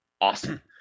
awesome